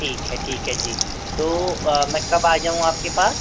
ठीक है ठीक है जी तो मैं कब आ जाऊँ आपके पास